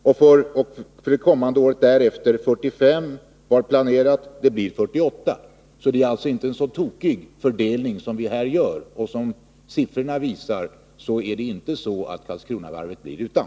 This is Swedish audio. För det år som kommer därefter var det planerat 45 miljoner, och det planeras nu bli 48 miljoner. Det är alltså inte någon så dålig fördelning vi här gör. Som siffrorna visar är det inte så att Karlskronavarvet blir utan.